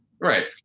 right